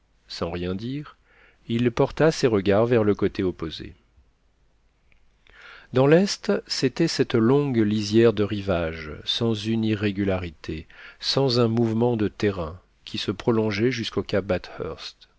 sans rien dire il porta ses regards vers le côté opposé dans l'est c'était cette longue lisière de rivage sans une irrégularité sans un mouvement de terrain qui se prolongeait jusqu'au